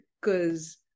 Cause